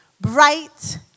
bright